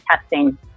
testing